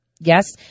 Yes